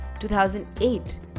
2008